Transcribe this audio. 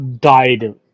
died